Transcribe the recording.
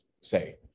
say